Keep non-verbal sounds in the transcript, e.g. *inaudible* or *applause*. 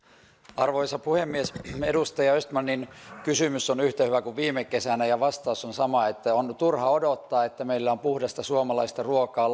arvoisa puhemies edustaja östmanin kysymys on yhtä hyvä kuin viime kesänä ja vastaus on sama on turha odottaa että meillä on puhdasta suomalaista ruokaa *unintelligible*